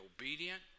obedient